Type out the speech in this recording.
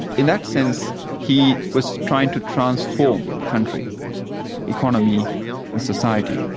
in that sense he was trying to transform the country economy and society.